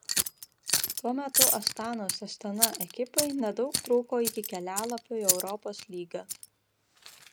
tuo metu astanos astana ekipai nedaug trūko iki kelialapio į europos lygą